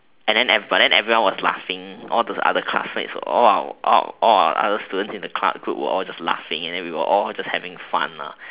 and then but then everyone was laughing all the other classmates all the other students in the class group was laughing and we all was having fun lah